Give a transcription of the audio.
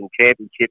Championship